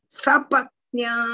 sapatnya